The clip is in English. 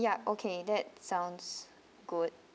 ya okay that sounds good